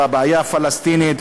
בבעיה הפלסטינית,